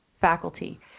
faculty